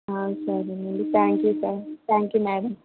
సరేనండి thank you sir thank you madam